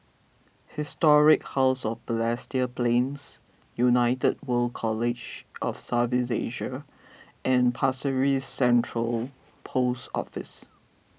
Historic House of Balestier Plains United World College of South East Asia and Pasir Ris Central Post Office